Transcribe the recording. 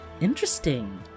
interesting